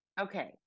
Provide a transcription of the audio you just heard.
Okay